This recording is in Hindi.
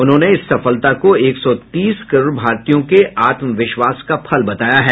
उन्होंने इस सफलता को एक सौ तीस करोड़ भारतीयों के आत्मविश्वास का फल बताया है